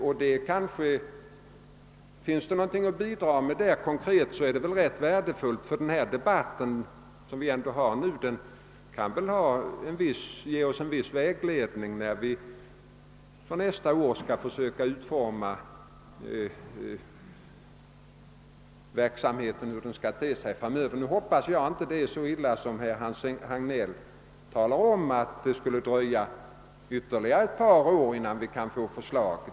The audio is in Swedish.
Om det finns några konkreta förslag att bidra med är det värdefullt, ty denna debatt kan ge oss en viss vägledning när vi nästa år skall utforma den framtida verksamheten. Jag hoppas att det inte är som herr Hagnell säger att det skulle dröja ytterligare ett par år innan vi kan få förslag.